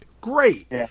Great